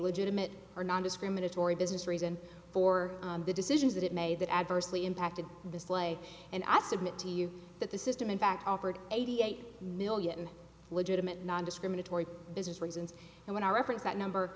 legitimate or nondiscriminatory business reason for the decisions that it made that adversely impacted the sleigh and i submit to you that the system in fact offered eighty eight million legitimate nondiscriminatory business reasons and when i referenced that number